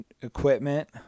equipment